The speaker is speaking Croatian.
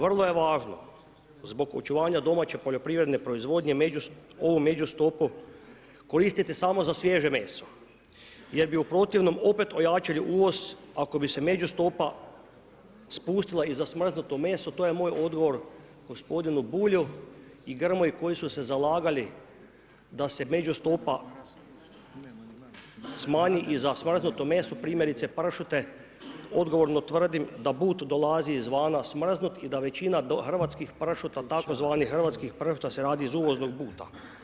Vrlo je važno, zbog očuvanje domaće poljoprivredne proizvodnje, ovu među stopu, koristiti samo za sviježe meso, jer bi u protivnom opet ojačali uvoz, ako bi se među stopa spustila i za smrznuto meso, to je moj odgovor, gospodinu Bulju i Grmoji, koji su se zalagali, da se među stopa smanji i za smrznuto meso, primjerice pršute, odgovorno tvrdim da put dolazi iz vana smrznut, da većina hrvatskih pršuta, tzv. hrvatskog pršuta, se radi iz uvoznog buta.